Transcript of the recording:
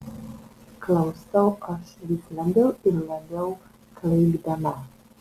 klausau aš vis labiau ir labiau klaikdama